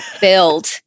build